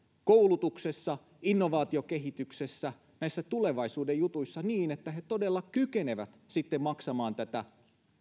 koulutuksessa innovaatiokehityksessä näissä tulevaisuuden jutuissa niin että he todella kykenevät sitten maksamaan tätä